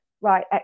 right